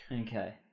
Okay